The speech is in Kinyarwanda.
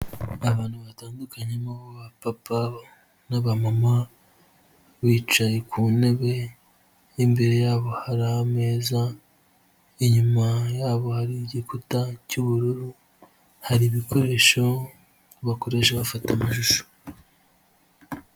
Abantu batandukanye, abapapa n'abamama, bicaye ku ntebe, imbere yabo hari ameza, inyuma yabo hari igikuta cy'ubururu, hari ibikoresho bakoresha bafata amashusho.